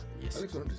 Yes